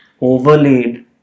overlaid